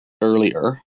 earlier